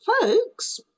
Folks